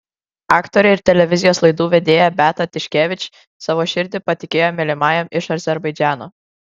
aktorė ir televizijos laidų vedėja beata tiškevič savo širdį patikėjo mylimajam iš azerbaidžano